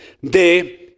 de